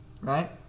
right